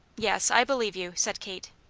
yes, i believe you, said kate.